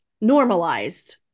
normalized